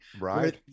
right